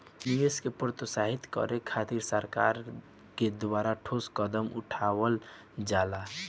निवेश के प्रोत्साहित करे खातिर सरकार के द्वारा ठोस कदम उठावल जाता